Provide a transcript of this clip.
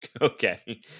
Okay